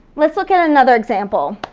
let's look at another example.